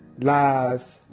lives